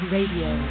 Radio